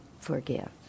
forgive